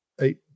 eight